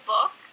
Book